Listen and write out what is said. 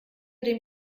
dem